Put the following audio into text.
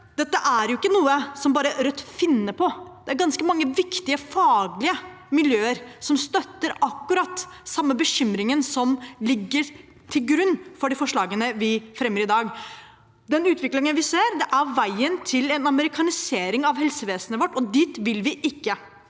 Dette er ikke noe Rødt bare finner på. Det er ganske mange viktige fagmiljøer som gir uttrykk for akkurat den samme bekymringen som ligger til grunn for de forslagene vi fremmer i dag. Den utviklingen vi ser, er veien til en amerikanisering av helsevesenet vårt, og dit vil vi ikke.